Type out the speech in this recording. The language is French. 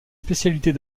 spécialités